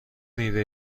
میوه